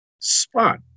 Spot